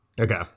okay